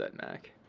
Mac